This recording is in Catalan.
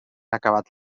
acabat